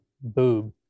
boob